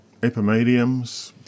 Epimediums